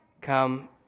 come